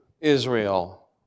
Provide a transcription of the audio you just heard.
Israel